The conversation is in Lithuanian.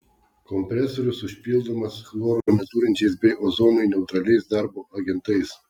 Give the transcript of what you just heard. kompresorius užpildomas chloro neturinčiais bei ozonui neutraliais darbo agentais